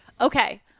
Okay